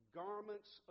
garments